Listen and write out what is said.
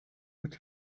but